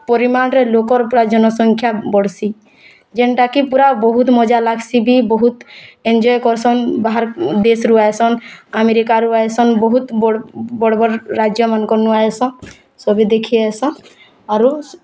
ପରିମାଣରେ ଲୋକର ପ୍ରାୟ ଜନସଂଖ୍ୟା ବଢ଼୍ସି ଯେନ୍ଟା କି ପୁରା ବହୁତ୍ ମଜା ଲାଗ୍ସି ବି ବହୁତ୍ ଏନ୍ଜୟ କରିସନ୍ ବାହାର ଦେଶ୍ରୁ ଆସନ୍ ଆମେରିକାରୁ ଆସନ୍ ବହୁତ୍ ବଡ଼୍ ବଡ଼୍ ବଡ଼୍ ରାଜ୍ୟମାନଙ୍କ ନୁ ଆସ ସବୁ ଦେଖି ଆସ ଆରୁ